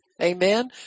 Amen